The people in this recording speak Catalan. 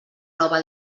nova